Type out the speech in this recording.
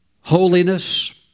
holiness